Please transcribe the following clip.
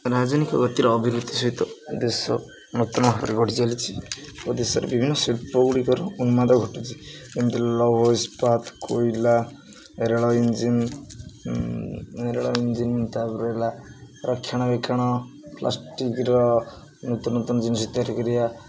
ରାଜନିକ ଗତିର ଅଭିବୃଦ୍ଧି ସହିତ ଦେଶ ନୂତନ ଭାବରେ ଗଢ଼ି ଚାଲିଛି ଓ ଦେଶରେ ବିଭିନ୍ନ ଶିଳ୍ପ ଗୁଡ଼ିକର ଉନ୍ମାଦ ଘଟୁଛି ଯେମିତି ଲୌହ ଇସ୍ପାତ କୋଇଲା ରେଳ ଇଞ୍ଜିନ୍ ରେଳ ଇଞ୍ଜିିନ୍ ତା'ପରେ ହେଲା ରକ୍ଷଣା ବେକ୍ଷଣ ପ୍ଲାଷ୍ଟିକର ନୂତନ ନୂତନ ଜିନିଷ ତିଆରି କରିବା